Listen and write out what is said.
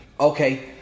Okay